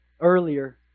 earlier